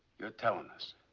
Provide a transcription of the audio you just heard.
you're telling us.